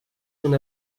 una